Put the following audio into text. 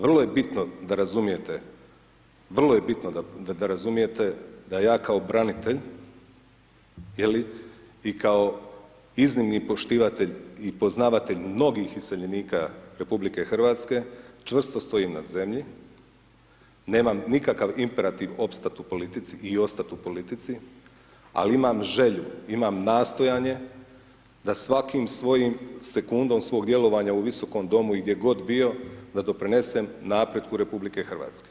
Vrlo je bitno da razumijete, vrlo je bitno da razumijete da ja kao branitelj, je li i kao iznimni poštivatelj i poznavatelj mnogih iseljenika RH, čvrsto stojim na zemlji, nemam nikakav imperativ opstati u politici i ostati u politici, ali imam želju, imam nastojanje da svakim svojim sekundom svoga djelovanja u Visokom domu i gdje god bio, da pridonesem napretku RH.